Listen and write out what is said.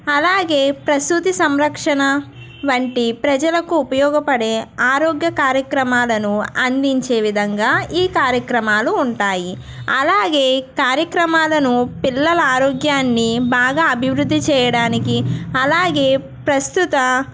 అలాగే ప్రసూతి సంరక్షణ వంటి ప్రజలకు ఉపయోగపడే ఆరోగ్య కార్యక్రమాలను అందించే విధంగా ఈ కార్యక్రమాలు ఉంటాయి అలాగే కార్యక్రమాలను పిల్లల ఆరోగ్యాన్ని బాగా అభివృద్ధి చేయడానికి అలాగే ప్రస్తుత